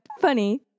funny